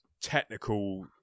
technical